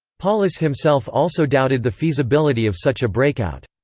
paulus himself also doubted the feasibility of such a breakout.